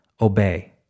obey